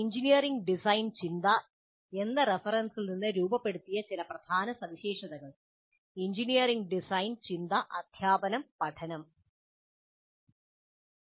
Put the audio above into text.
engineering design ചിന്ത എന്ന റഫറൻസിൽ നിന്ന് രൂപപ്പെടുത്തിയ ചില പ്രധാന സവിശേഷതകൾ ""എഞ്ചിനീയറിംഗ് ഡിസൈൻ ചിന്ത അദ്ധ്യാപനം പഠനം httpwww